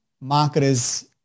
marketers